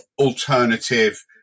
alternative